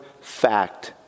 fact